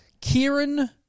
Kieran